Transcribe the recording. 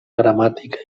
gramàtica